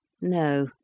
No